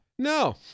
No